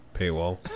paywall